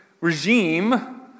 regime